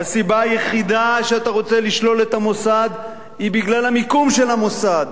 הסיבה היחידה שאתה רוצה לשלול את המוסד היא המיקום של המוסד.